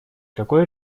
какой